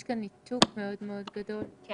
הישיבה ננעלה בשעה 14:05.